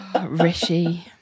rishi